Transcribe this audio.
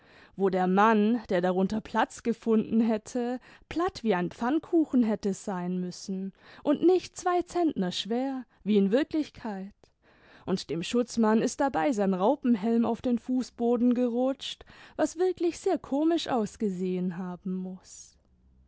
wo der mann der darunter platz gefunden hätte platt wie ein pfannkuchen hätte sein müssen und nicht zwei zentner schwer wie in wirklichkeit und dem schutzmann ist dabei sein raupenhelm auf den fußboden gerutscht was wirklich sehr komisch ausgesehen haben muß